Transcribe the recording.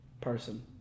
person